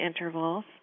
intervals